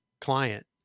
client